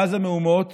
מאז המהומות